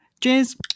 Cheers